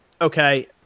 okay